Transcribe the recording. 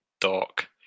dark